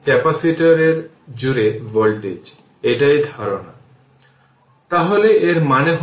সুতরাং এটা করতে পারি যে k আমাদের KVL প্রয়োগ করতে হবে এবং সেই অনুযায়ী আমাদের এটি সমাধান করতে হবে